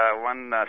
one